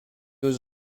was